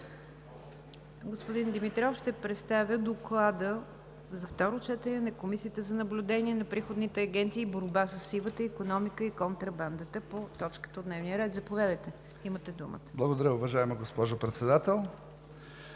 Благодаря, уважаема госпожо Председател.